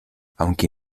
aunque